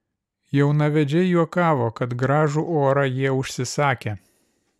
jaunavedžiai juokavo kad gražų orą jie užsisakę